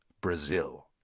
Brazil